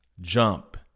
jump